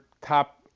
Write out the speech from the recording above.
top